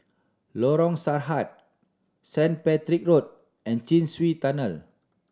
Lorong Sarhad Saint Patrick Road and Chin Swee Tunnel